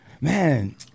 Man